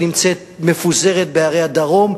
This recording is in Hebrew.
שנמצאת מפוזרת בערי הדרום,